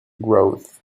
growth